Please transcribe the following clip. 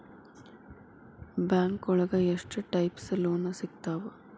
ಬ್ಯಾಂಕೋಳಗ ಎಷ್ಟ್ types loan ಸಿಗ್ತಾವ?